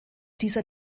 dieser